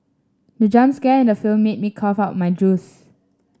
the jump scare in the film made me cough out my juice